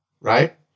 right